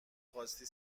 خواستی